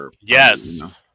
Yes